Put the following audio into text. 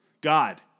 God